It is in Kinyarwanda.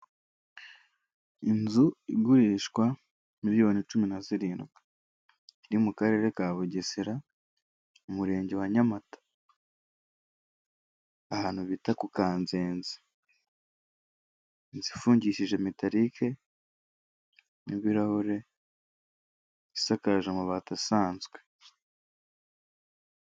Inzu igurishwa miliyoni cumi zirindwi iri mu karere ka bugesera umurenge wa Nyamata ahantu bita ku Kanzenze ifungishije metaliki n'ibirahure isakaje amabati asanzwe